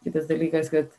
kitas dalykas kad